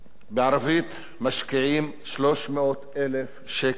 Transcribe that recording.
בהפקות בערבית משקיעים 300,000 שקל.